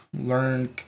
Learn